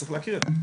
וצריך להכיר את זה.